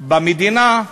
במדינה,